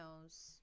knows